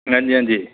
हंजी हंजी